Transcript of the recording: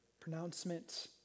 pronouncement